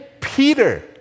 Peter